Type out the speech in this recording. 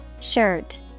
Shirt